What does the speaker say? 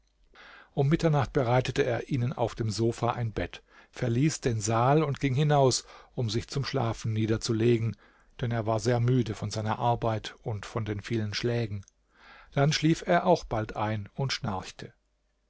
um mitternacht bereitete er ihnen auf dem sofa ein bett verließ den saal und ging hinaus um sich zum schlafen niederzulegen denn er war sehr müde von seiner arbeit und den vielen schlägen dann schlief er auch bald ein und schnarchte